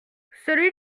celui